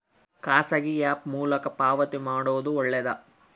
ಖಾಸಗಿ ಆ್ಯಪ್ ಮೂಲಕ ಪಾವತಿ ಮಾಡೋದು ಒಳ್ಳೆದಾ?